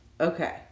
Okay